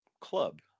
club